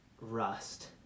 Rust